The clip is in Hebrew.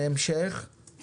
לדיון